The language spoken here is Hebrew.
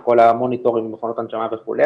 את כל המוניטורים ומכונות ההנשמה וכו',